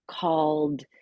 called